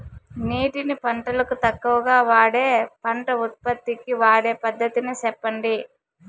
నీటిని పంటలకు తక్కువగా వాడే పంట ఉత్పత్తికి వాడే పద్ధతిని సెప్పండి?